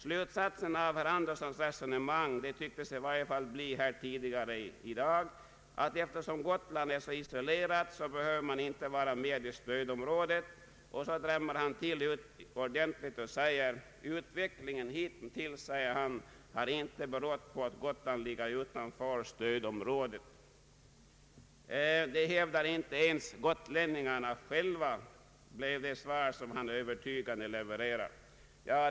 Slutsatsen av herr Birger Anderssons resonemang tidigare i dag tycks bli att eftersom Gotland är så isolerat, behöver det inte vara med i stödområdet. Så drämde han till ordentligt och sade att utvecklingen hittills inte berott på att Gotland ligger utanför stödområdet. Det hävdar inte ens gotlänningarna själva, blev den slutkläm han så övertygande levererade.